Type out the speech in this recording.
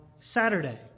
Saturday